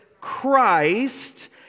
Christ